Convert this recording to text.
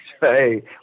hey